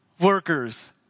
workers